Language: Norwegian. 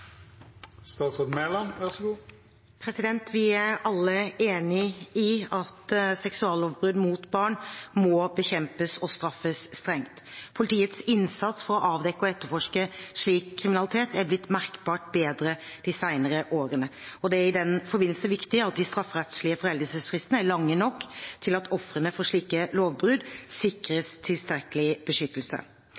Vi er alle enig i at seksuallovbrudd mot barn må bekjempes og straffes strengt. Politiets innsats for å avdekke og etterforske slik kriminalitet er blitt merkbart bedre de senere årene. Det er i den forbindelse viktig at de strafferettslige foreldelsesfristene er lange nok til at ofrene for slike lovbrudd